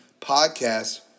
Podcast